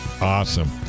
Awesome